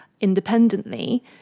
independently